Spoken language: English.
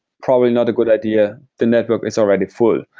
probably not a good idea. the network is already full.